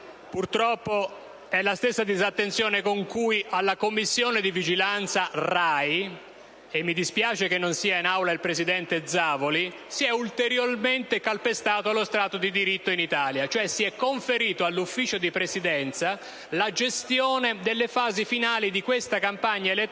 purtroppo è la stessa disattenzione con cui alla Commissione di vigilanza RAI - e mi dispiace che non ci sia in Aula il presidente Zavoli - si è ulteriormente calpestato lo Stato di diritto in Italia, conferendo all'Ufficio di Presidenza la gestione delle fasi finali di questa campagna elettorale,